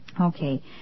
Okay